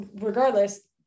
regardless